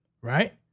right